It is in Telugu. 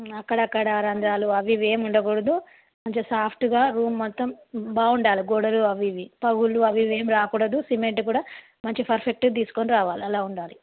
అక్కడక్కడ రంధ్రాలు అవివేవుండకూడదు మంచి సాఫ్టుగా రూమ్ మొత్తం బాగుండాలి గోడలు అవి ఇవి పగుళ్ళు అవివేం రాకూడదు సిమెంట్ కూడా మంచి పర్ఫెక్ట్ది తీసుకుని రావాలి అలా ఉండాలి